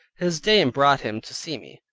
his dame brought him to see me.